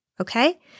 Okay